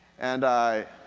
and i